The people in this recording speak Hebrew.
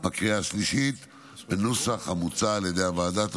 ובקריאה השלישית בנוסח המוצע על ידי הוועדה.